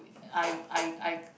I I I